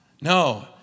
No